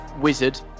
Wizard